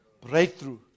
breakthrough